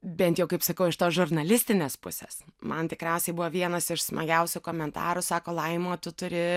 bent jau kaip sakau iš tos žurnalistinės pusės man tikriausiai buvo vienas iš smagiausių komentarų sako laima tu turi